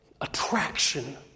attraction